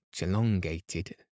elongated